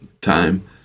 time